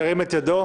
ירים את ידו.